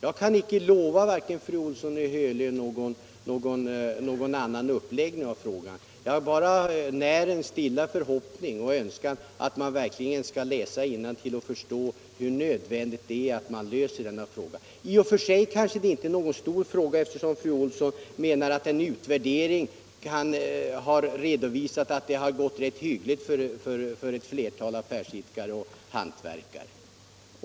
Jag kan inte lova fru Olsson i Hölö någon annan uppläggning av frågan. Jag bara när en stilla förhoppning och önskan att man verkligen skall läsa innantill och förstå hur nödvändigt det är att vi löser den här frågan. I och för sig kanske det inte är någon stor fråga, eftersom fru Olsson påvisat att man vid en utredning kommit fram till att det gått rätt hyggligt för ett flertal affärsidkare och hantverkare.